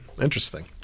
Interesting